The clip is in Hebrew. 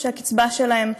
שהקצבה שלהם מבישה,